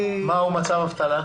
מהו מצב אבטלה?